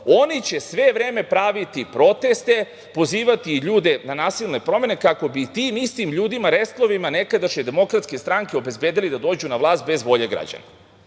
oni će sve vreme praviti proteste, pozivati ljude na nasilne promene, kako bi tim istim ljudima, restlovima nekadašnje DS, obezbedili da dođu na vlast bez volje građana. Nadam